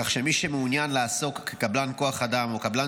כך שמי שמעוניין לעסוק כקבלן כוח אדם או קבלן